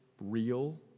real